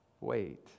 wait